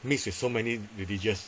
mixed with so many religious